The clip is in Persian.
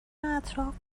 اطراف